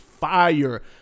Fire